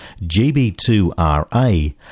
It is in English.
GB2RA